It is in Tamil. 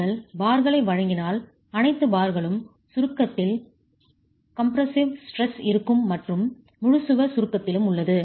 நீங்கள் பார்களை வழங்கினால் அனைத்து பார்களும் சுருக்கத்தில் காம்ப்ரசிவ் ஸ்ட்ரெஸ் இருக்கும் மற்றும் முழு சுவர் சுருக்கத்திலும் உள்ளது